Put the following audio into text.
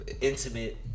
intimate